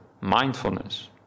mindfulness